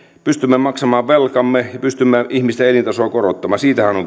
pystymme maksamaan velkamme ja pystymme ihmisten elintasoa korottamaan siitähän on on